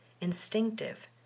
instinctive